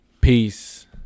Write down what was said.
peace